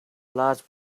large